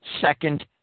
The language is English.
second